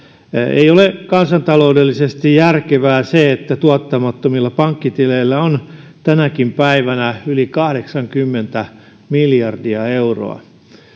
ei ole kansantaloudellisesti järkevää se että tuottamattomilla pankkitileillä on tänäkin päivänä yli kahdeksankymmentä miljardia euroa